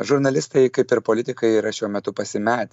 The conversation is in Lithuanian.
žurnalistai kaip ir politikai yra šiuo metu pasimetę